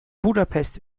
budapest